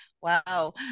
Wow